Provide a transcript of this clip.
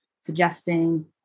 suggesting